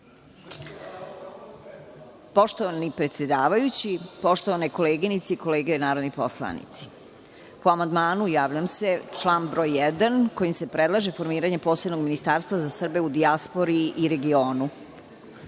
Poštovani predsedavajući, poštovane koleginice i kolege narodni poslanici, po amandmanu javljam se, član broj 1, kojim se predlaže formiranje posebno ministarstva za Srbe u dijaspori i regionu. Kako